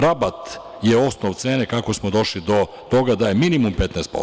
Rabat je osnov cene, kako smo došli do toga da je minimum 15%